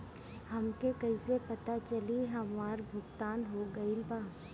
हमके कईसे पता चली हमार भुगतान हो गईल बा?